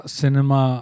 cinema